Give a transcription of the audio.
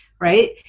Right